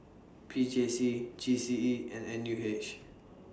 P J C G C E and N U H